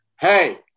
hey